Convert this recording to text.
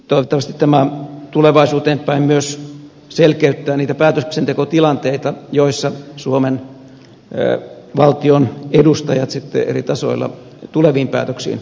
toivottavasti tämä tulevaisuuteen päin myös selkeyttää niitä päätöksentekotilanteita joissa suomen valtion edustajat sitten eri tasoilla tuleviin päätöksiin valmistautuvat